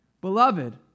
Beloved